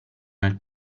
nel